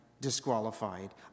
disqualified